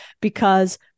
Because-